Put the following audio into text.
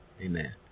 Amen